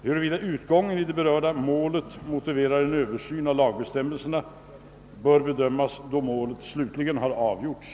Huruvida utgången i det berörda målet motiverar en översyn av lagbestämmelserna bör bedömas då målet slutligt avgjorts.